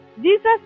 Jesus